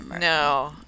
No